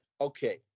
Okay